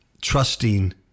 trusting